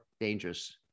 dangerous